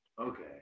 Okay